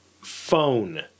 Phone